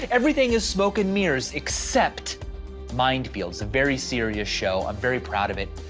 everything is smoke and mirrors except mind field, it's a very serious show i'm very proud of it.